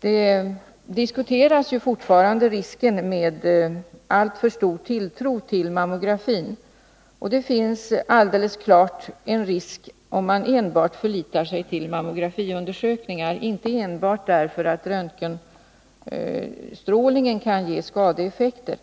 Fortfarande diskuteras ju risken med alltför stor tilltro till mammografin, och det finns alldeles klart en risk om man enbart förlitar sig till mammografiundersökningar — inte bara därför att röntgenstrålningen kan ge skadeeffekter.